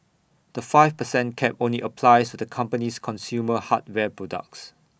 the five per cent cap only applies to the company's consumer hardware products